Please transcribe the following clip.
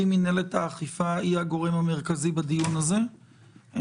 מינהלת האכיפה היא הגורם המרכזי בדיון הזה.